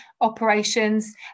operations